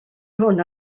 hwn